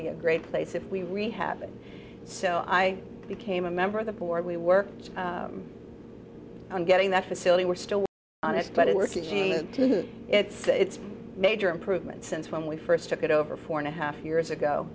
be a great place if we rehabbing so i became a member of the board we worked on getting that facility we're still on it but it works its major improvements since when we first took it over four and a half years ago